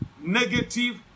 negative